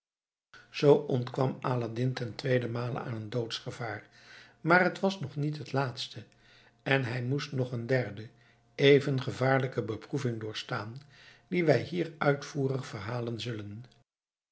zoo ontkwam aladdin ten tweeden male aan een doodsgevaar maar het was nog niet het laatste en hij moest nog een derde even gevaarlijke beproeving doorstaan die wij hier uitvoerig verhalen zullen